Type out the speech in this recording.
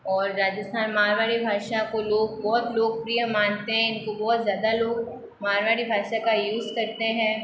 और राजस्थान मारवाड़ी भाषा को लोग बहुत लोकप्रिय मानते हैं इनको बहुत ज़्यादा लोग मारवाड़ी भाषा का यूज़ करते हैं